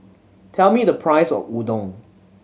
tell me the price of Udon